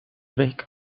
week